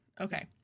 Okay